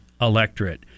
electorate